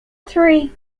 three